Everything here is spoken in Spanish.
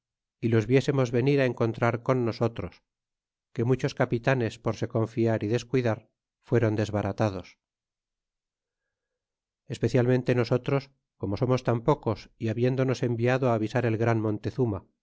y los viésemos venir á encontrar con nosotros que muchos capitanes por se confiar y descuidar fuéron desbaratados especialmente nosotros como somos tan pocos y habiéndonos enviado avisar el gran montezuma